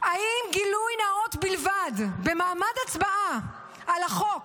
האם גילוי נאות בלבד במעמד הצבעה על החוק